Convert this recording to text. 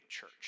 church